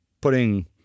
putting